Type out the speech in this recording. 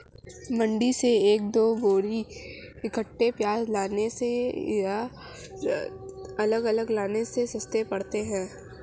मंडी से एक दो बोरी प्याज इकट्ठे लाने अलग अलग लाने से सस्ते पड़ते हैं